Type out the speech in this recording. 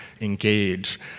engage